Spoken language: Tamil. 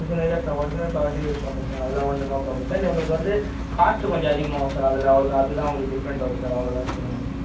ஒரிஜினலே ப்ள ஒரிஜினல் ஃப்ளவர்ஸே யூஸ் பண்ணுகிறோம் சார் அதில் ஒன்றும் நாே பராப்ளம் சார் உங்களுக்கு வந்து காஸ்டு கொஞ்சம் அதிமாகும் அதில் சார் அது அவ்வளோ தான் உங்களுக்கு ஃடிப்ரண்ட் வரும் சார் அவ்வளோ தான் சார் உங்களுக்கு